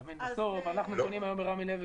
אתה מבין שבסוף אנחנו קונים ברמי לוי